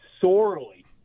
sorely